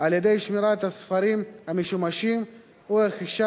על-ידי שמירת הספרים המשומשים ורכישה